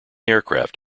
aircraft